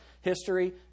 history